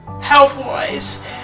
health-wise